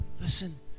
Listen